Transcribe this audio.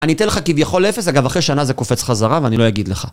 אני אתן לך כביכול אפס, אגב אחרי שנה זה קופץ חזרה ואני לא אגיד לך